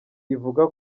ivuga